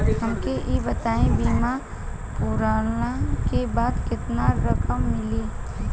हमके ई बताईं बीमा पुरला के बाद केतना रकम मिली?